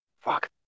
fuck